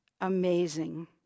Amazing